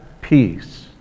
Peace